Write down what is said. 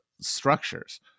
structures